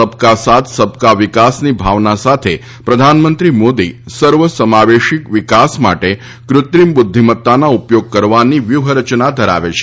સબકા સાથ સબકા વિકાસની ભાવના સાથે પ્રધાનમંત્રી મોદી સર્વસમાવેશી વિકાસ માટે કૃત્રિમ બુઘ્ઘિમત્તાના ઉપયોગ કરવાની વ્યુહરચના ધરાવે છે